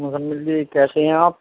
مزمل جی کیسے ہیں آپ